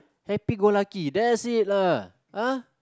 happy go lucky that's it lah ah